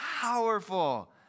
powerful